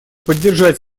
поддержать